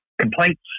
complaints